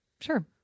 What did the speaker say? Sure